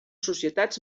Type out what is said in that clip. societats